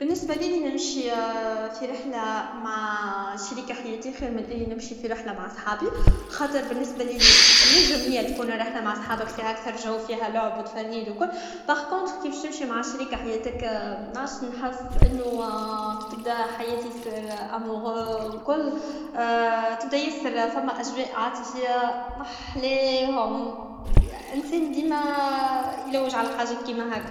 بالنسيه لي نمشي في رحله مع شريك حياتي خير من اني نمشي في رحله مع صحابي خاطر بالنسبه لي نجم هي الرحله تكون مع صحابك فيها لعب فيها و ترفهيد و لكل باغكونطخ كي تمشي مع شريك حياتك منعرفش نحس انو تبدا حياتي اموغ و الكل تبدا ياسر ثمه اجواء عاطفيه محلاهم الانسان ديما يلوج على حجات كما هك